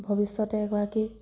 ভৱিষ্যতে এগৰাকী